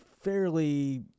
fairly